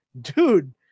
dude